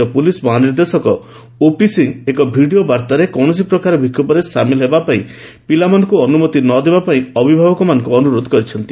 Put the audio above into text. ରାଜ୍ୟ ପ୍ରଲିସ ମହାନିର୍ଦ୍ଦେଶକ ଓପି ସିଂହ ଏକ ଭିଡ଼ିଓ ବାର୍ତ୍ତାରେ କୌଣସି ପ୍ରକାର ବିକ୍ଷୋଭରେ ସାମିଲ ହେବାପାଇଁ ପିଲାମାନଙ୍କୁ ଅନୁମତି ନ ଦେବାପାଇଁ ଅଭିଭାବକ ମାନଙ୍କୁ ଅନୁରୋଧ କରିଛନ୍ତି